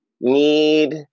need